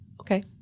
Okay